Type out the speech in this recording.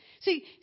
See